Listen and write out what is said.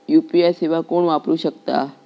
UPI सेवा कोण वापरू शकता?